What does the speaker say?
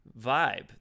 vibe